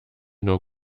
nur